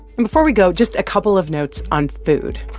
and before we go, just a couple of notes on food.